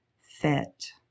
fit